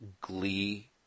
Glee